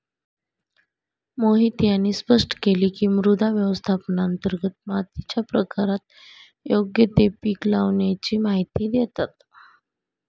मोहित यांनी स्पष्ट केले की, मृदा व्यवस्थापनांतर्गत मातीच्या प्रकारात योग्य ते पीक लावाण्याची माहिती देतात